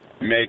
make